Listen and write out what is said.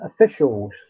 officials